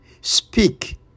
speak